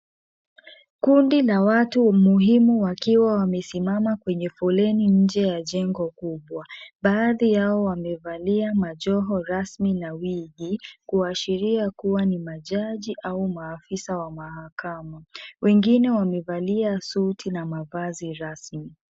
Kundi la watu muhimu wakiwa wamesimama kwenye foleni nje ya jengo kubwa. Baadhi yao wamevalia majoho rasmi na wigi , kuashiria kuwa ni majaji au maafisa wa mahakama. Wengine wamevalia suti na mavazi rasmi.